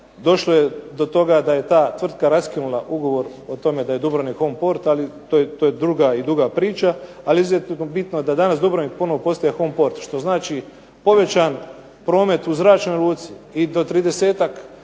došlo je do toga da je ta tvrtka raskinula ugovor o tome da je Dubrovnik home port. Ali to je druga i duga priča. Ali izuzetno je bitno da danas Dubrovnik ponovno postaje home port što znači povećan promet u zračnoj luci i do 30-ak